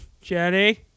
Jenny